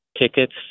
tickets